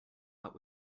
but